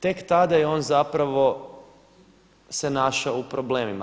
Tek tada je on zapravo se našao u problemima.